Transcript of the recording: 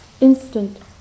instant